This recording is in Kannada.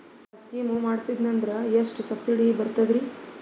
ಆ ಸ್ಕೀಮ ಮಾಡ್ಸೀದ್ನಂದರ ಎಷ್ಟ ಸಬ್ಸಿಡಿ ಬರ್ತಾದ್ರೀ?